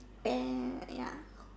and ya